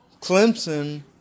Clemson